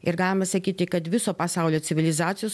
ir galima sakyti kad viso pasaulio civilizacijos